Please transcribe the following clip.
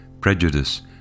prejudice